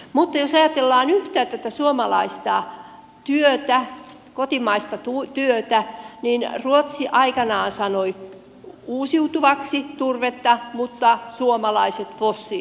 mutta jos ajatellaan yhtään tätä suomalaista työtä kotimaista työtä niin ruotsi aikanaan sanoi uusiutuvaksi turvetta mutta suomalaiset fossiiliseksi